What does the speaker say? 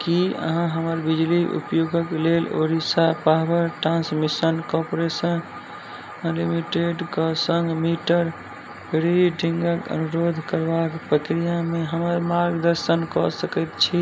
कि अहाँ हमर बिजली उपयोगक लेल ओडिशा पॉवर ट्रान्समिशन काॅरपोरेशन लिमिटेडके सङ्ग मीटर रीडिन्गके अनुरोध करबाक प्रक्रियामे हमर मार्गदर्शन कऽ सकै छी